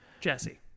Jesse